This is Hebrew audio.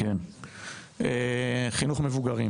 חינוך מבוגרים